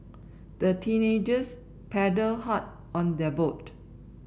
the teenagers paddled hard on their boat